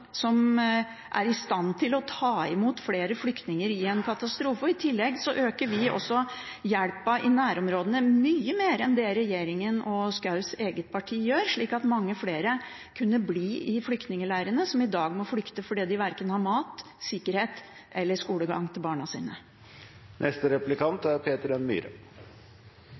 er i stand til å ta imot flere flyktninger i en katastrofe. I tillegg øker vi hjelpen i nærområdene mye mer enn det regjeringen og Schous eget parti gjør, slik at mange flere som i dag må flykte fordi de hverken har mat, sikkerhet eller skolegang til barna